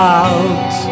out